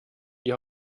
die